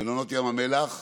מלונות ים המלח,